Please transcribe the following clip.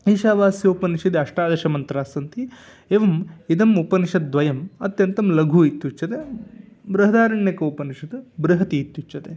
ईशावास्योपनिषदि अष्टादशमन्त्रास्सन्ति एवम् इदम् उपनिषद्द्वयम् अत्यन्तं लघ्व्यः इति उच्यते बृहदारण्यकोपनिषत् बृहती इत्युच्यते